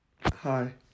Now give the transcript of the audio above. Hi